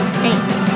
states